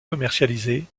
commercialisé